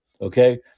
Okay